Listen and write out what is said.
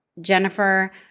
Jennifer